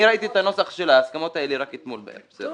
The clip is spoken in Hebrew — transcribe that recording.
אני ראיתי את הנוסח של ההסכמות האלה רק אתמול בערב.